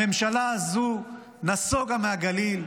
הממשלה הזאת נסוגה מהגליל,